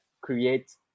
create